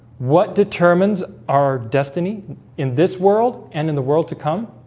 what determines our destiny in this world and in the world to come